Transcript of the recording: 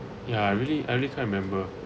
ya I really I really can't remember